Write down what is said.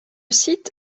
site